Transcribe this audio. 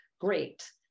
great